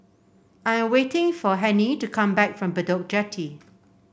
I am waiting for Hennie to come back from Bedok Jetty